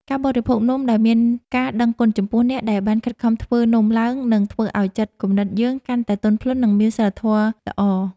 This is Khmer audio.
ការបរិភោគនំដោយមានការដឹងគុណចំពោះអ្នកដែលបានខិតខំធ្វើនំឡើងនឹងធ្វើឱ្យចិត្តគំនិតយើងកាន់តែទន់ភ្លន់ និង មានសីលធម៌ល្អ។